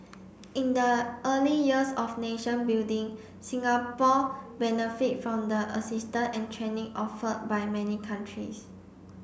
in the early years of nation building Singapore benefit from the assistance and training offered by many countries